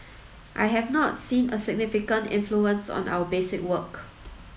I have not seen a significant influence on our basic work